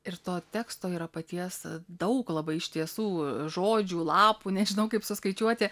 ir to teksto yra paties daug labai iš tiesų žodžių lapų nežinau kaip suskaičiuoti